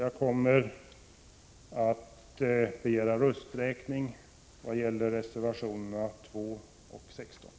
Jag kommer att begära rösträkning i fråga om reservationerna 2 och 16.